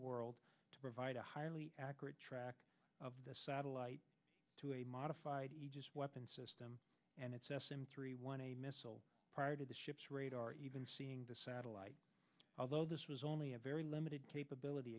world to provide a highly accurate track of the satellite to a modified weapon system and its s m three one a missile prior to the ship's radar even seeing the satellite although this was only a very limited capability